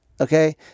Okay